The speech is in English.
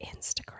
Instagram